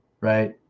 right